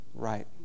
Right